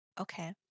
Okay